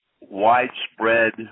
widespread